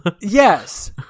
Yes